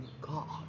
God